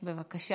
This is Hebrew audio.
מירון.